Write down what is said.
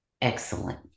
excellent